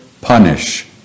punish